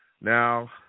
Now